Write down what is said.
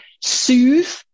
soothe